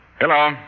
Hello